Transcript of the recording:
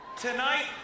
Tonight